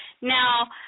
Now